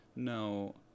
No